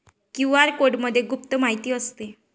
QR कोडमध्ये गुप्त माहिती असते